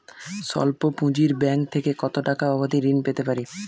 স্বল্প পুঁজির ব্যাংক থেকে কত টাকা অবধি ঋণ পেতে পারি?